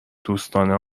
دوستانه